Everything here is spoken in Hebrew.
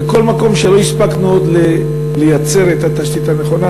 ובכל מקום שלא הספקנו עוד לייצר את התשתית הנכונה,